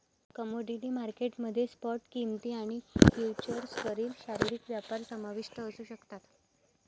commodity market मध्ये spot किंमती आणि फ्युचर्सवरील शारीरिक व्यापार समाविष्ट असू शकतात